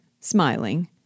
smiling